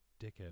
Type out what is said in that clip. dickhead